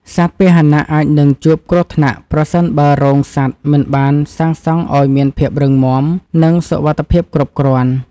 សត្វពាហនៈអាចនឹងជួបគ្រោះថ្នាក់ប្រសិនបើរោងសត្វមិនបានសាងសង់ឱ្យមានភាពរឹងមាំ និងសុវត្ថិភាពគ្រប់គ្រាន់។